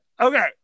Okay